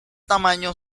tamaño